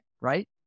right